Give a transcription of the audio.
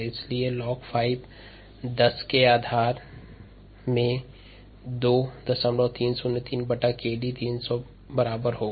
इसलिए लाग 5 10 के आधार पर 2303𝑘𝑑 300 के बराबर होगा